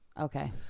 Okay